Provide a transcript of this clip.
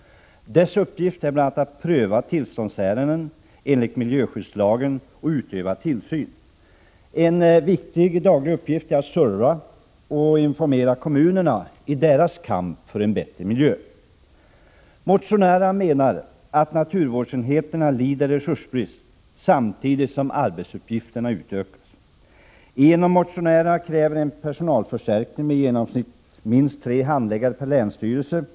Deras uppgift är bl.a. att pröva tillståndsärenden enligt miljöskyddslagen och utöva tillsyn. En viktig uppgift är att serva och informera kommunerna i deras kamp för en bättre miljö. Motionärerna menar att naturvårdsenheterna lider av resursbrist samtidigt som arbetsuppgifterna utökas. En av motionärerna kräver en personalförstärkning med i genomsnitt minst tre handläggare per länsstyrelse.